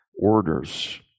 orders